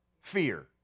fear